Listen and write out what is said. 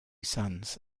sons